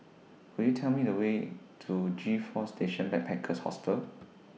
Could YOU Tell Me The Way to G four Station Backpackers Hostel